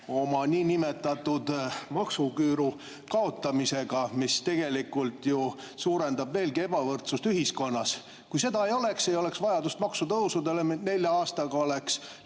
oma niinimetatud maksuküüru kaotamisega, mis tegelikult suurendab ebavõrdsust ühiskonnas veelgi. Kui seda ei oleks, siis ei oleks vajadust maksutõusude järele, nelja aastaga oleks